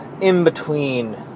in-between